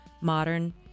modern